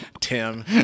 Tim